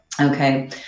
Okay